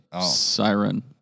siren